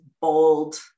bold